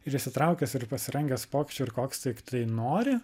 ir įsitraukęs ir pasirengęs pokyčių ir koks tiktai nori